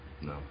No